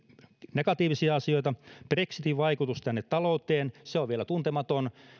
negatiivisia asioita brexitin vaikutus tänne talouteen on vielä tuntematon